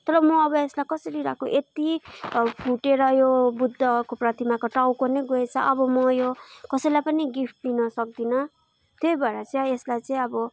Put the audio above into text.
तर म अब यसलाई कसरी राखौँ यति फुटेर यो बुद्धको प्रतिमाको टाउको नै गएछ अब म यो कसैलाई पनि गिफ्ट दिन सक्दिनँ त्यही भएर चाहिँ यसलाई चाहिँ अब